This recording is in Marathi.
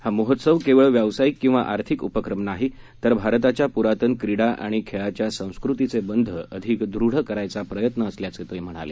हा महोत्सव केवळ व्यावसायिक किंवा आर्थिक उपक्रम नाही तर भारताच्या पुरातन क्रिडा आणि खेळाच्या संस्कृतीचे बंध अधिक दृढ करायचा प्रयत्न असल्याचं ते म्हणाले